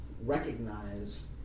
recognize